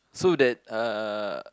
so that uh